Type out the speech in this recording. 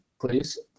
please